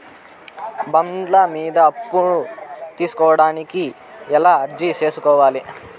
బండ్ల మీద అప్పును తీసుకోడానికి ఎలా అర్జీ సేసుకోవాలి?